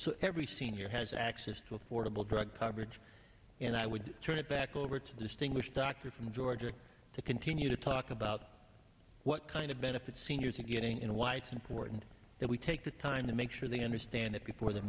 so every senior has access to affordable drug coverage and i would turn it back over to distinguished doctor from georgia to continue to talk about what kind of benefits seniors are getting and why it's important that we take the time to make sure they understand that before th